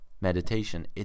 meditation